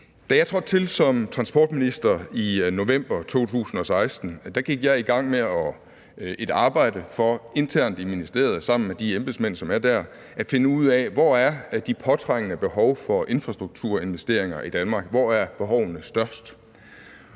Da jeg trådte til som transportminister i november 2016, gik jeg i gang med et arbejde internt i ministeriet sammen med de embedsmænd, som er der, for at finde ud af, hvor de påtrængende behov for infrastrukturinvesteringer i Danmark er. Hvor er behovene størst?